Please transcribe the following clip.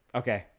okay